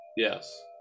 Yes